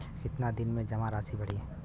कितना दिन में जमा राशि बढ़ी?